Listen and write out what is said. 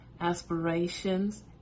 aspirations